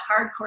hardcore